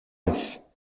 neufs